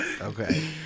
Okay